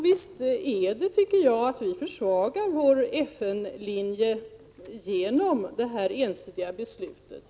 Visst försvagas vår FN-linje genom detta ensidiga beslut.